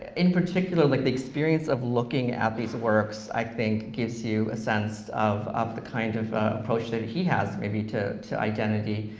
in particular, like the experience of looking at these works, i think, gives you a sense of of the kind of approach that he has maybe to to identity